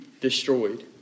destroyed